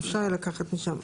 אפשר יהיה לקחת משם.